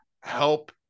help